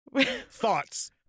Thoughts